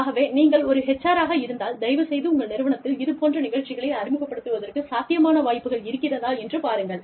ஆகவே நீங்கள் ஒரு HR ஆக இருந்தால் தயவுசெய்து உங்கள் நிறுவனத்தில் இதுபோன்ற நிகழ்ச்சிகளை அறிமுகப்படுத்துவதற்குச் சாத்தியமான வாய்ப்புகள் இருக்கிறதா என்று பாருங்கள்